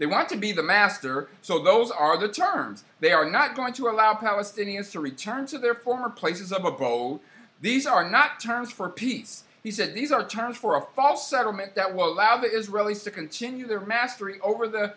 they want to be the master so those are the terms they are not going to allow palestinians to return to their former places of a bold these are not terms for peace he said these are terms for a fall settlement that well out the israelis to continue their mastery over the